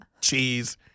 cheese